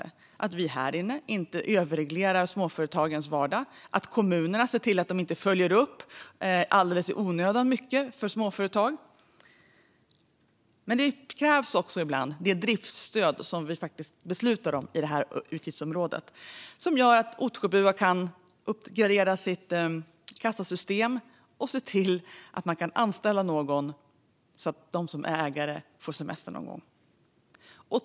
Det gäller att vi här inne inte överreglerar småföretagens vardag och att kommunerna ser till att de inte följer upp onödigt mycket när det gäller småföretag. Ibland krävs också det driftsstöd som vi beslutar om på det här utgiftsområdet. Det gör att Ottsjöbua kan uppgradera sitt kassasystem och kan anställa någon, så att ägarna får semester någon gång.